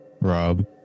Rob